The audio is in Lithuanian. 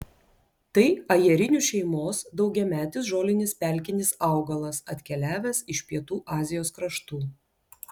tai ajerinių šeimos daugiametis žolinis pelkinis augalas atkeliavęs iš pietų azijos kraštų